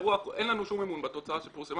אין לנו שום אמון בתוצאה שפורסמה.